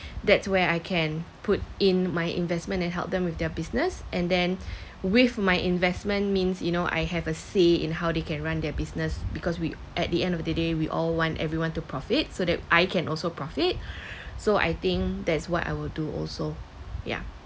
that's where I can put in my investment and help them with their business and then with my investment means you know I have a say in how they can run their business because we at the end of the day day we all want everyone to profit so that I can also profit so I think that's what I will do also yeah